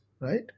right